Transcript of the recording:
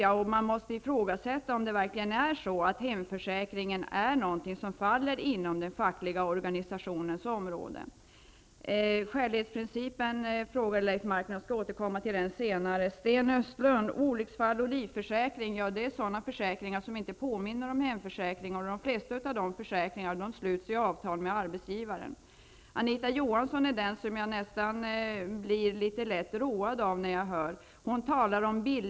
Det kan ifrågasättas om hemförsäkringar är någonting som faller inom den fackliga organisationens område. Leif Marklund frågade om skälighetsprincipen. Jag skall återkomma till den senare. Sten Östlund talade om olycksfallförsäkring och livförsäkring. Det är sådana försäkringar som inte påminner om hemförsäkringar. De flesta av dessa försäkringar tecknas i avtal med arbetsgivaren. Jag blir nästan litet lätt road när jag hör Anita Johansson.